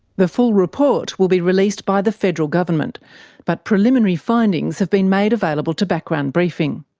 the full report will be released by the federal government but preliminary findings have been made available to background briefing.